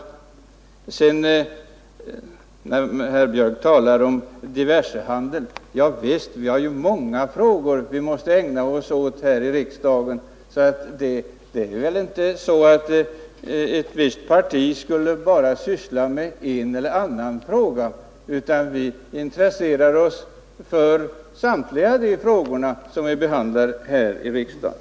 Herr Björk talade om diversehandel. Javisst, vi har många frågor att ägna oss åt här i riksdagen. Ett parti kan inte syssla med bara en eller annan fråga. Vi intresserar oss för samtliga de frågor som behandlas i riksdagen.